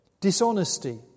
dishonesty